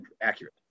accurate